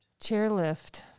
chairlift